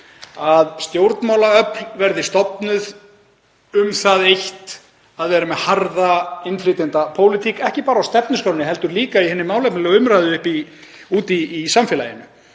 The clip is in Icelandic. að stjórnmálaöfl verði stofnuð um það eitt að vera með harða innflytjendapólitík, ekki bara á stefnuskránni heldur líka í hinni málefnalegu umræðu úti í samfélaginu.